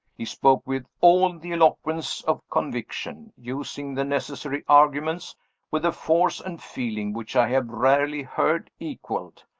he spoke with all the eloquence of conviction using the necessary arguments with a force and feeling which i have rarely heard equaled.